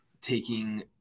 taking